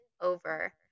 over